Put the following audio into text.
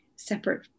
Separate